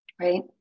right